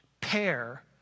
pair